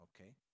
okay